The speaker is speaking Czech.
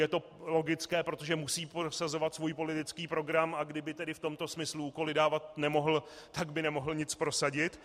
Je to logické, protože musí prosazovat svůj politický program, a kdyby v tomto smyslu úkoly dávat nemohl, tak by nemohl nic prosadit.